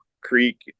creek